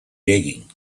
digging